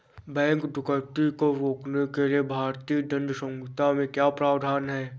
bank डकैती को रोकने के लिए भारतीय दंड संहिता में क्या प्रावधान है